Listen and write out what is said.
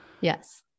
yes